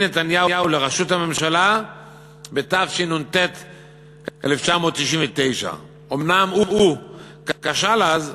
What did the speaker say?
נתניהו לראשות הממשלה בתשנ"ט 1999. אומנם הוא כשל אז,